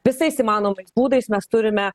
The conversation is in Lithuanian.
visais įmanomais būdais mes turime